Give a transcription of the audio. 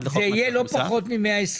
זה יהיה לא פחות מ-120.